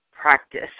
practice